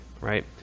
Right